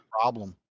Problem